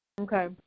Okay